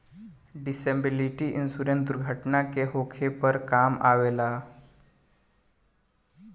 disability insurance दुर्घटना के होखे पर काम अवेला